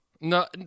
No